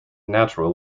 natural